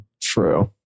True